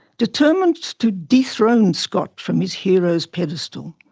determined to dethrone scott from his hero's pedestal,